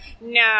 No